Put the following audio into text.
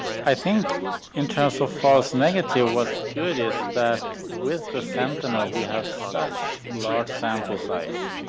i think in terms of false negative what's good is that with the sentinel we have such large sample size.